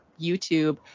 YouTube